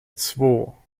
zwo